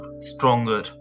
stronger